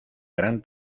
gran